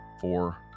four